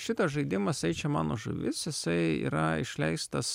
šitas žaidimas ei čia mano žuvis jisai yra išleistas